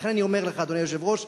לכן אני אומר לך, אדוני היושב-ראש,